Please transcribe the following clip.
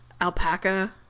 alpaca